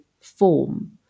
form